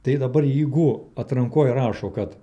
tai dabar jeigu atrankoj rašo kad